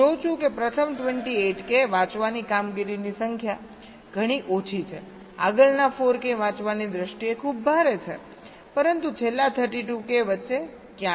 હું જોઉં છું કે પ્રથમ 28 કે વાંચવાની કામગીરીની સંખ્યા ઘણી ઓછી છે આગળના 4 કે વાંચવાની દ્રષ્ટિએ ખૂબ ભારે છે પરંતુ છેલ્લા 32 કે વચ્ચે ક્યાંક છે